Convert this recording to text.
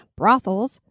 brothels